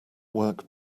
work